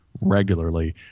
regularly